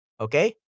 Okay